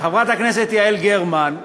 חברת הכנסת יעל גרמן,